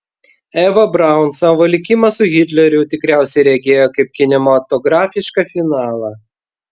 eva braun savo likimą su hitleriu tikriausiai regėjo kaip kinematografišką finalą